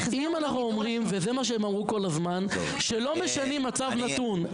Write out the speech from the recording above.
אם אנחנו אומרים וזה מה שהם אמרו כל הזמן שלא משנים מצב נתון,